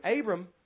Abram